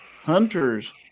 Hunters